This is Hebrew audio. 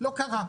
לא קרה.